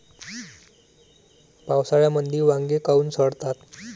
पावसाळ्यामंदी वांगे काऊन सडतात?